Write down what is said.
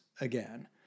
again